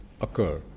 occur